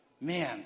Man